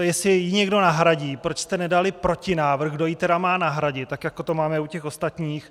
Jestli ji někdo nahradí, proč jste nedali protinávrh, kdo ji tedy má nahradit, tak jako to máme u těch ostatních?